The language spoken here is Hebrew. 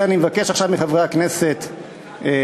לכן אני מבקש עכשיו מחברי הכנסת להצביע